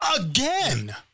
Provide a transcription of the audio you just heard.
again